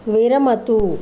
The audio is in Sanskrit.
विरमतु